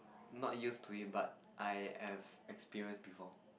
not used to it but I have experience before